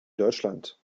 deutschland